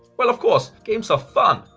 well, of course, games are fun!